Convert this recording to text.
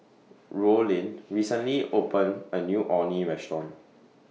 Rollin recently opened A New Orh Nee Restaurant